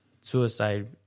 suicide